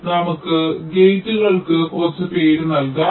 അതിനാൽ നമുക്ക് ഗേറ്റുകൾക്ക് കുറച്ച് പേര് നൽകാം